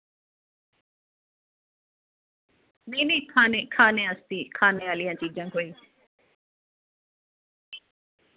नेईं नेईं खाने खाने आस्तै खाने आह्लियां चीजां कोई